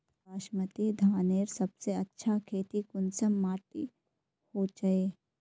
बासमती धानेर सबसे अच्छा खेती कुंसम माटी होचए?